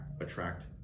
attract